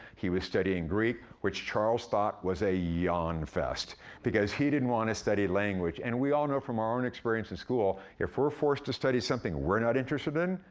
he was studying greek, which charles thought was a yawn-fest because he didn't wanna study language. and we all know from our own experience in school, if we're forced to study something we're not interested in,